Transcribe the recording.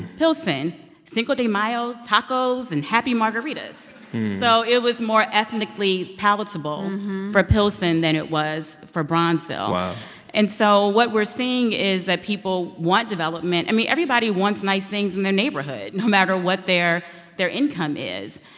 pilsen cinco de mayo, tacos and happy margaritas so it was more ethnically palatable for pilsen than it was for bronzeville wow and so what we're seeing is that people want development. i mean, everybody wants nice things in their neighborhood, no matter what their their income is.